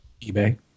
eBay